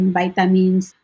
vitamins